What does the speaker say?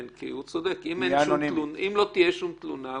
כן, פנו אליהם ולא קיבלו שום תגובה.